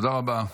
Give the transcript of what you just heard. תודה רבה.